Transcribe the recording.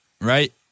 Right